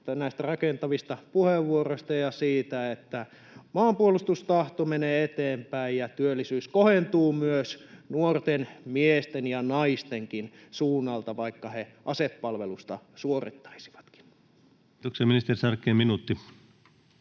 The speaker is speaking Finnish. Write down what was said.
näistä rakentavista puheenvuoroista ja siitä, että maanpuolustustahto menee eteenpäin ja työllisyys kohentuu myös nuorten miesten ja naistenkin suunnalla, vaikka he asepalvelusta suorittaisivatkin. [Speech 170] Speaker: